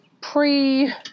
pre